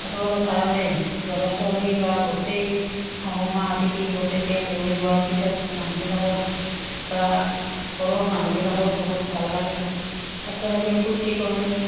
ওচৰ কাৰণেই ল'ৰা ছোৱালী বা গোটেই শাহুমা আদিকে গোটেইকে লৈ যোৱাৰ পিছত মানুহবিলাকৰ বা ঘৰৰ মানুহবিলাকৰো বহুত ভাল লাগে একেলগে ফূৰ্তি কৰে